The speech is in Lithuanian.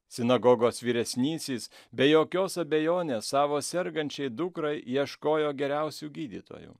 sinagogos vyresnysis be jokios abejonės savo sergančiai dukrai ieškojo geriausių gydytojų